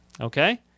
okay